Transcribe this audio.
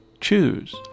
choose